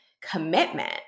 commitment